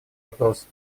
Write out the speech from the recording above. вопрос